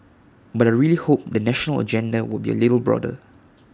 but I really hope the national agenda will be A little broader